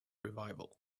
revival